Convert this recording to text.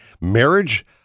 marriage